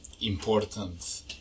important